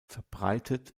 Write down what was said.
verbreitet